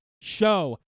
Show